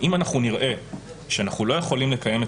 אם אנחנו נראה שאנחנו לא יכולים לקיים את